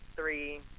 three